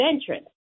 entrance